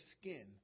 skin